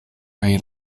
kaj